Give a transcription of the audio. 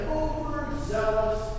overzealous